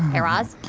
guy raz?